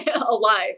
alive